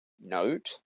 note